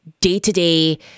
day-to-day